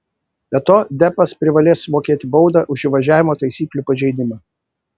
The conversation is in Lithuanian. be to deppas privalės sumokėti baudą už įvažiavimo taisyklių pažeidimą